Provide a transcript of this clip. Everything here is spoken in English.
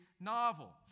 novel